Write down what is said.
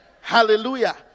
Hallelujah